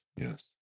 Yes